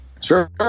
sure